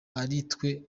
aritwe